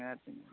ନିହାତି